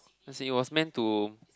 as in it was meant to